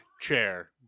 chair